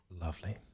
lovely